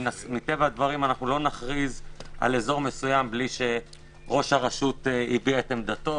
מטבע הדברים לא נכריז על אזור מסוים בלי שראש הרשןת הביע את עמדתו.